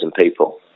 people